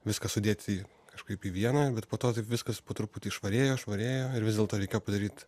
viską sudėti kažkaip į vieną bet po to taip viskas po truputį švarėjo švarėjo ir vis dėlto reikėjo padaryt